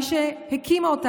מי שהקימה אותה,